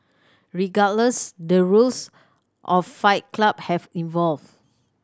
regardless the rules of Fight Club have evolved